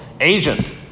agent